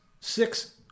Six